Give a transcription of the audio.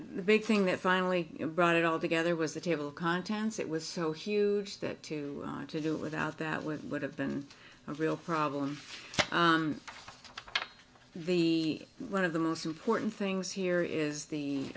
the big thing that finally brought it all together was the table of contents it was so huge that to to do it without that would would have been a real problem one of the most important things here is the